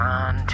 on